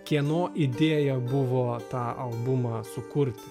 kieno idėja buvo tą albumą sukurti